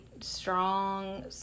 Strong